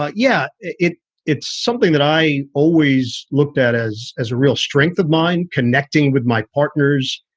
ah yeah, it it's something that i always looked at as as a real strength of mine, connecting with my partners,